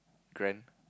grand